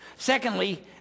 Secondly